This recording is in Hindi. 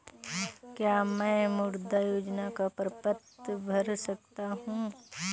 क्या मैं मुद्रा योजना का प्रपत्र भर सकता हूँ?